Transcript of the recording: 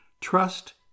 trust